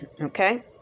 Okay